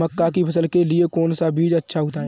मक्का की फसल के लिए कौन सा बीज अच्छा होता है?